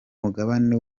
mugabane